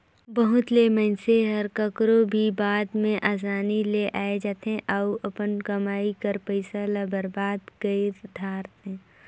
बहुत ले मइनसे हर काकरो भी बात में असानी ले आए जाथे अउ अपन कमई कर पइसा ल बरबाद कइर धारथे